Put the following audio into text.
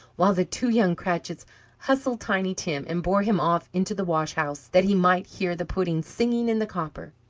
while the two young cratchits hustled tiny tim, and bore him off into the wash-house, that he might hear the pudding singing in the copper.